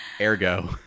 Ergo